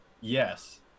Yes